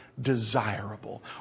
desirable